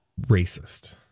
Racist